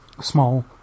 small